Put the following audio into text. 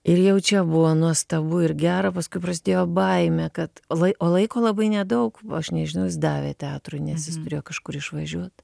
ir jau čia buvo nuostabu ir gera paskui prasidėjo baimė kad lai o laiko labai nedaug aš nežinau jis davė teatrui nes jis turėjo kažkur išvažiuot